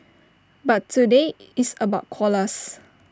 but today it's about koalas